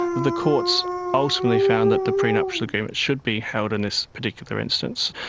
the courts ultimately found that the prenuptial agreement should be held in this particular instance.